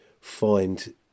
find